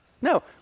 no